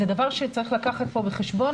זה דבר שצריך לקחת פה בחשבון,